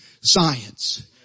science